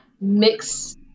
mix